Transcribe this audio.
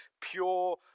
pure